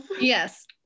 Yes